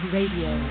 Radio